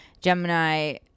Gemini